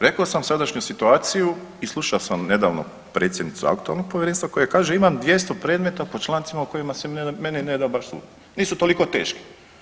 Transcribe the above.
Rekao sam sadašnju situaciju i slušao sam nedavno predsjednicu aktualnog povjerenstva koja kaže imam 200 predmeta po člancima o kojima se meni ne da baš sud, nisu toliko teški.